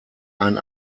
ein